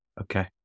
Okay